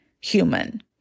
human